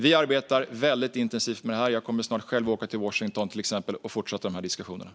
Vi arbetar intensivt med detta, och jag själv kommer att åka till Washington och fortsätta diskussionerna.